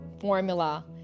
formula